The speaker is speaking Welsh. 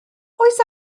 oes